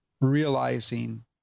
realizing